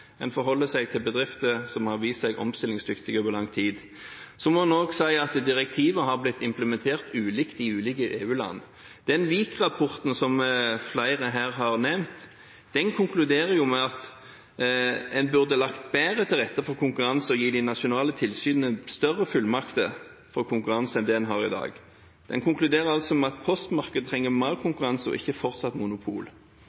En forholder seg til bedrifter som har vist seg omstillingsdyktige over lang tid. Så må en også si at direktivet har blitt implementert ulikt i ulike EU-land. Den WIK-rapporten som flere her har nevnt, konkluderer med at en burde lagt bedre til rette for konkurranse og gitt de nasjonale tilsynene større fullmakter for konkurranse enn det en har i dag. Den konkluderer altså med at postmarkedet trenger mer konkurranse og ikke fortsatt monopol,